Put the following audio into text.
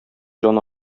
җан